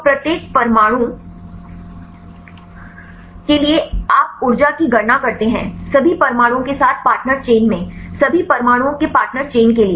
तो प्रत्येक परमाणु के लिए आप ऊर्जा की गणना करते हैं सभी परमाणुओं के साथ पार्टनर चेन में सभी परमाणुओं के पार्टनर चेन के लिए